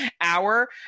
hour